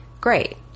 great